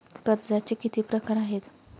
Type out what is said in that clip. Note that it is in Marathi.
कर्जाचे किती प्रकार आहेत?